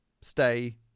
stay